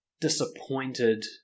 disappointed